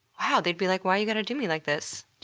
ah they'd be like, why you gotta do me like this,